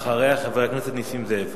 אחריה, חבר הכנסת נסים זאב.